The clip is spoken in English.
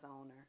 owner